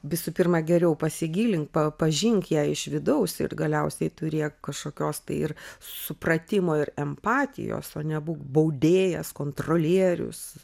visų pirma geriau pasigilink pa pažink ją iš vidaus ir galiausiai turėk kažkokios tai ir supratimo ir empatijos o nebūk baudėjas kontrolierius